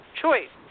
choice